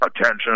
Attention